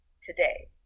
today